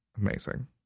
amazing